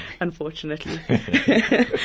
Unfortunately